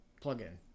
plugin